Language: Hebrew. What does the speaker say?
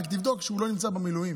רק תבדוק שהוא לא נמצא במילואים.